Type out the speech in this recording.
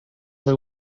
they